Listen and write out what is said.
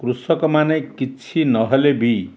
କୃଷକମାନେ କିଛି ନହେଲେ ବି